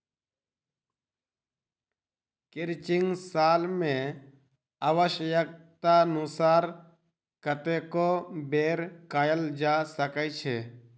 crutching साल मे आव्श्यकतानुसार कतेको बेर कयल जा सकैत छै